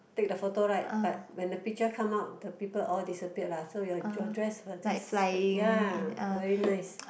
take the photo right but when the picture come out the people all disappeared lah so your your dress will just spread ya very nice